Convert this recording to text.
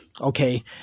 okay